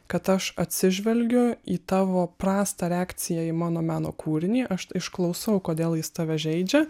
kad aš atsižvelgiu į tavo prasta reakcija į mano meno kūrinį aš išklausau kodėl jis tave žaidžia